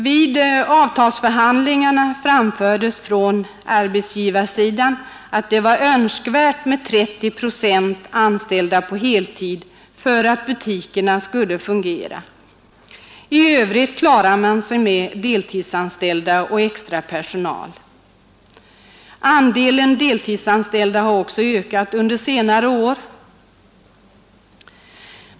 Vid avtalsförhandlingarna framfördes från arbetsgivarsidan att det var önskvärt med 30 procent anställda på heltid för att butikerna skulle fungera, i övrigt klarar man sig med deltidsanställda och extrapersonal. Andelen deltidsanställda har ökat under senare år.